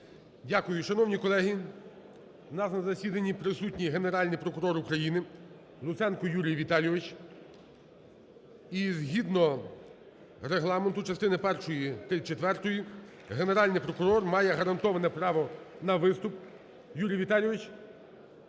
Шановні колеги, в нас на засіданні присутній Генеральний прокурор України Луценко Юрій Віталійович. І згідно Регламенту частини першої 34-ї Генеральний прокурор має гарантоване право на виступ. Юрій Віталійович.